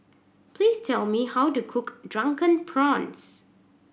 please tell me how to cook Drunken Prawns